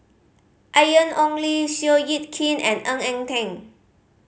Ian Ong Li Seow Yit Kin and Ng Eng Teng